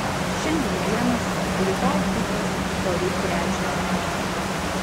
šiandien vienas rytoj kitas poryt trečias